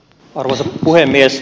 arvoisa puhemies